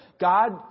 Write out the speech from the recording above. God